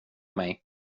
mig